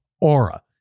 Aura